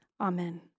amen